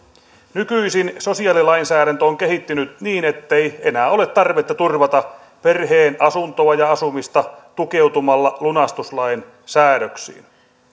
nykyisin sosiaalilainsäädäntö on kehittynyt niin ettei enää ole tarvetta turvata perheen asuntoa ja asumista tukeutumalla lunastuslain säädöksiin